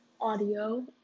audio